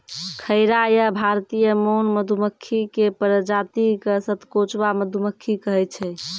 खैरा या भारतीय मौन मधुमक्खी के प्रजाति क सतकोचवा मधुमक्खी कहै छै